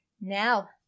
Now